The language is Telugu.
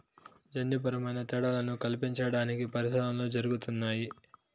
జన్యుపరమైన తేడాలను కల్పించడానికి పరిశోధనలు జరుగుతున్నాయి